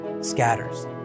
scatters